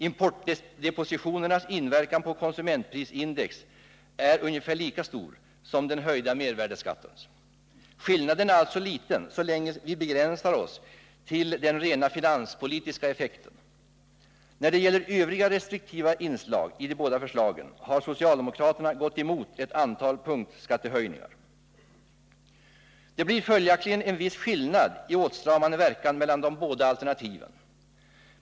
Importdepositionerna inverkar på konsumentprisindex ungefär lika mycket som den höjda mervärdeskatten. Skillnaden är alltså liten så länge vi begränsar oss till den rent finanspolitiska effekten. När det gäller övriga restriktiva inslag i de båda förslagen har socialdemokraterna gått emot ett antal punktskattehöjningar. Det blir följaktligen en viss skillnad i åtstramande verkan mellan de båda alternativen.